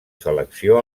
selecció